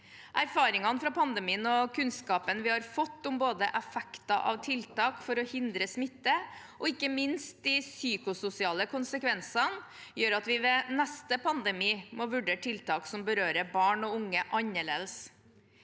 Erfaringene fra pandemien og kunnskapen vi har fått om både effekter av tiltak for å hindre smitte og ikke minst de psykososiale konsekvensene, gjør at vi ved neste pandemi må vurdere tiltak som berører barn og unge annerledes.